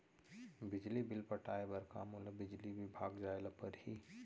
बिजली बिल पटाय बर का मोला बिजली विभाग जाय ल परही?